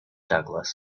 douglas